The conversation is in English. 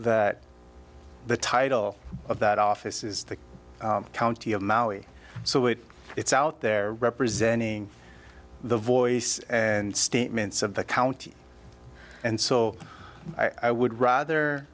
that the title of that office is the county of maui so it it's out there representing the voice and statements of the county and so i would rather